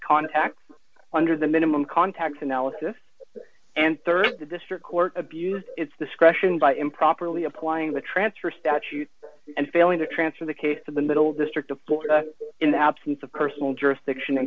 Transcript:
contact under the minimum contact analysis and rd the district court abused its discretion by improperly applying the transfer statute and failing to transfer the case to the middle district in the absence of personal jurisdiction in